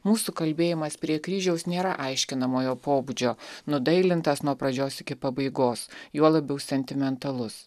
mūsų kalbėjimas prie kryžiaus nėra aiškinamojo pobūdžio nudailintas nuo pradžios iki pabaigos juo labiau sentimentalus